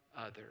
others